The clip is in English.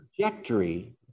trajectory